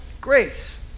grace